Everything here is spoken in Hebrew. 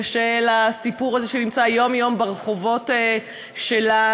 ושל הסיפור הזה שנמצא יום-יום ברחובות שלנו,